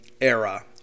era